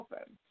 open